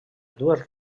dues